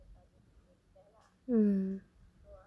mm